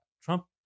trump